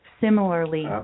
similarly